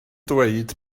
dweud